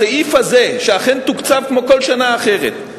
בסעיף הזה, שאכן תוקצב כמו כל שנה אחרת,